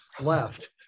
left